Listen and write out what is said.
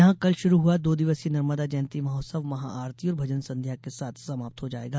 यहां कल शुरू हुआ दो दिवसीय नर्मदा जयंती महोत्सव महाआरती और भजन संध्या के साथ समाप्त हो जायेगा